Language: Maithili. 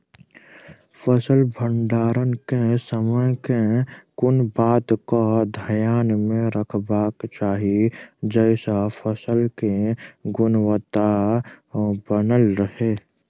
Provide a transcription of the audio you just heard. फसल भण्डारण केँ समय केँ कुन बात कऽ ध्यान मे रखबाक चाहि जयसँ फसल केँ गुणवता बनल रहै?